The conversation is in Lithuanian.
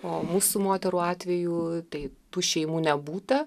o mūsų moterų atveju tai tų šeimų nebūta